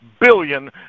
billion